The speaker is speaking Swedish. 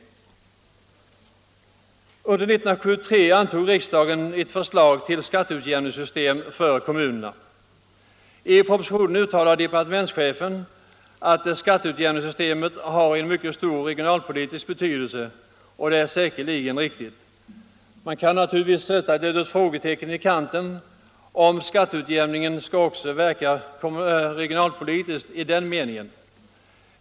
Under 1973 antog riksdagen ett förslag till skatteutjämningssystem för kommunerna. I propositionen uttalade departementschefen att skatteutjämningssystemet har mycket stor regionalpolitisk betydelse, och det är säkerligen alldeles riktigt. Men man kan naturligtvis sätta ett frågetecken i kanten och undra om skatteutjämningen skall verka regionalpolitiskt i egentlig mening.